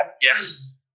Yes